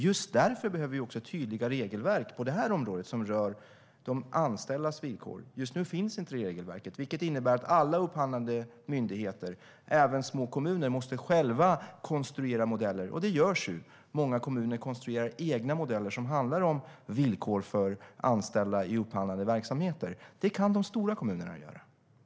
Just därför behöver vi också tydliga regelverk på det här området, som rör de anställdas villkor. Just nu finns inte det regelverket, vilket innebär att alla upphandlande myndigheter och kommuner, även de små, själva måste konstruera modeller, och det görs. Många kommuner konstruerar egna modeller som handlar om villkor för anställda i upphandlande verksamheter. Det kan de stora kommunerna göra.